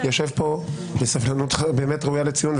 יושב פה בסבלנות ראויה לציון,